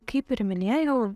kaip ir minėjau